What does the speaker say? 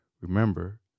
Remember